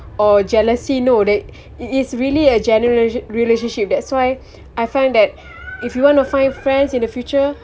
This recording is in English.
or jealousy no that it it is really a general rela~ relationship that's why I find that if you want to find friends in the future